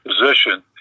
position